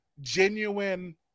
genuine